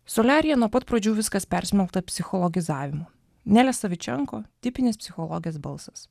soliaryje nuo pat pradžių viskas persmelkta psichologizavimu nelė savičenko tipinis psichologės balsas